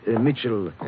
Mitchell